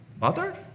mother